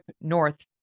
north